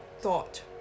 thought